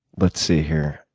let's see here.